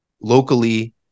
locally